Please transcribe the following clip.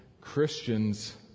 Christians